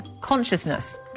consciousness